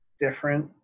different